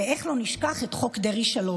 ואיך לא נשכח את חוק דרעי 3,